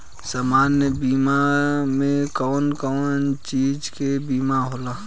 सामान्य बीमा में कवन कवन चीज के बीमा होला?